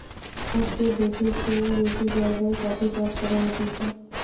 তেয়াত্তর দ্যাশের চেও বেশি জাগায় কফি চাষ করা হতিছে